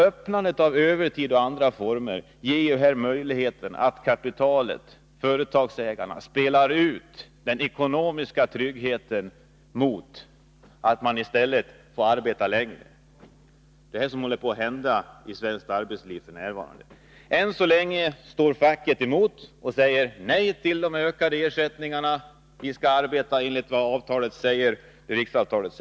Öppnar man sådana möjligheter kan företagsägarna spela ut den ekonomiska tryggheten mot att man i stället får arbeta längre. Det är vad som f. n. håller på att hända i svenskt arbetsliv. Än så länge står facket emot. Järnbruksklubben säger nej till de ökade ersättningarna och vill att vi skall arbeta enligt riksavtalet.